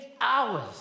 hours